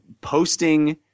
posting